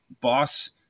Boss